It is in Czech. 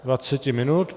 Dvaceti minut.